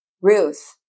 Ruth